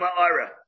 ma'ara